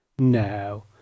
No